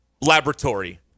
laboratory